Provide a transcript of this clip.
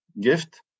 GIFT